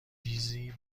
چیزی